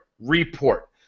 report